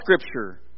Scripture